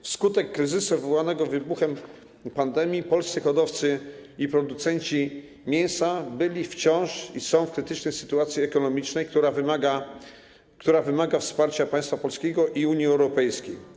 Wskutek kryzysu wywołanego wybuchem pandemii polscy hodowcy i producenci mięsa byli i wciąż są w krytycznej sytuacji ekonomicznej, która wymaga wsparcia państwa polskiego i Unii Europejskiej.